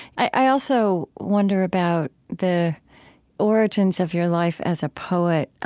i also wonder about the origins of your life as a poet.